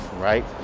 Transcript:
right